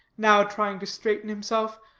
now trying to straighten himself,